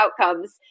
outcomes